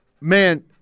Man